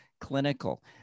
clinical